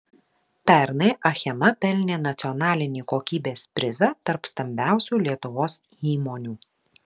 pernai achema pelnė nacionalinį kokybės prizą tarp stambiausių lietuvos įmonių